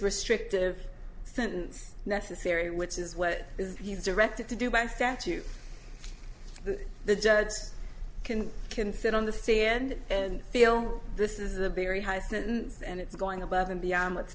restrictive sentence necessary which is what is he's directed to do by statute that the judge can consider on the stand and feel this is a big very high sentence and it's going above and beyond what's